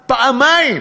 איבדה פעמיים